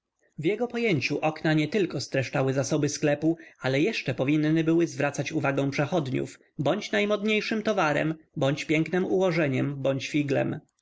w jego pojęciu okna nietylko streszczały zasoby sklepu ale jeszcze powinny były zwracać uwagę przechodniów bądź najmodniejszym towarem bądź pięknem ułożeniem bądź figlem